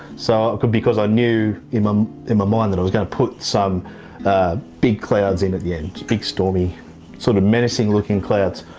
so because i knew in um in my mind that i was going to put some big clouds in at the end. big stormy sort of menacing looking clouds.